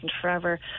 forever